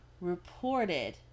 reported